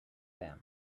them